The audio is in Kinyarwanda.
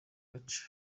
gace